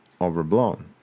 overblown